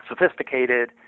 sophisticated